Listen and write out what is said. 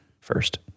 first